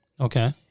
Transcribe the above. Okay